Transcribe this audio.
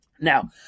Now